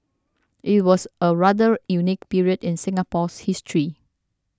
it was a rather unique period in Singapore's history